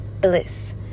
bliss